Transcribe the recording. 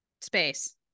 space